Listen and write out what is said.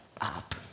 up